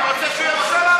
אני רוצה שהוא ימשיך.